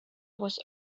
was